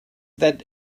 that